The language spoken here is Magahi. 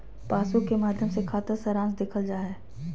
पासबुक के माध्मय से खाता सारांश देखल जा हय